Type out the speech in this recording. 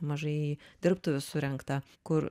mažai dirbtuvių surengta kur